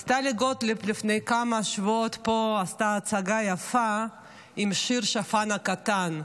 טלי גוטליב לפני כמה שבועות פה עשתה הצגה יפה עם השיר השפן הקטן,